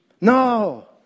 No